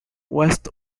west